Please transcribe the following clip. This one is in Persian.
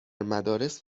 مدارس